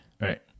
Right